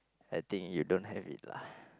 I think you don't have it lah